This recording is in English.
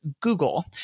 Google